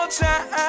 time